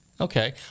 Okay